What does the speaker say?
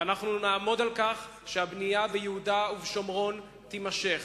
ואנחנו נעמוד על כך שהבנייה ביהודה ובשומרון תימשך.